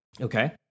Okay